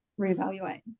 reevaluate